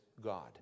God